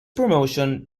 promotion